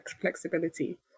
flexibility